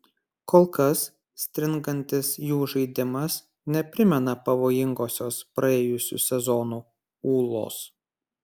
kol kas stringantis jų žaidimas neprimena pavojingosios praėjusių sezonų ūlos